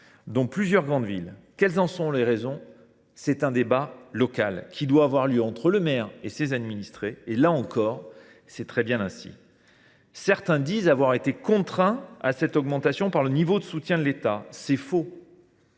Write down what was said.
dont plusieurs grandes villes. Quelles en sont les raisons ? Il s’agit là d’un débat local qui doit avoir lieu entre le maire et ses administrés, et, là encore, c’est très bien ainsi. Certains disent avoir été contraints de procéder à cette augmentation du fait du niveau de soutien de l’État. C’est faux